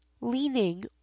leaning